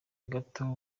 gato